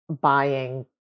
buying